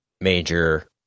major